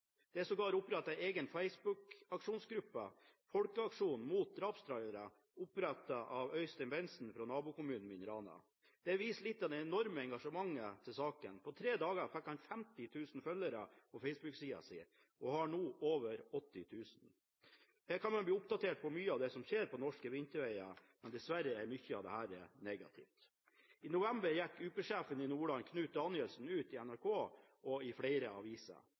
er sågar opprettet en egen Facebook-aksjonsgruppe – Folkeaksjonen mot drapstrailere – av Øystein Bentzen fra nabokommunen min, Rana. Det viser litt av det enorme engasjementet for saken. På tre dager fikk han 50 000 følgere på Facebook-siden sin, og han har nå over 80 000. Her kan man bli oppdatert på mye av det som skjer på norske vinterveger, men dessverre er mye av det negativt. I november gikk UP-sjefen i Nordland, Knut Danielsen, ut i NRK og i flere aviser.